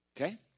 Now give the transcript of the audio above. okay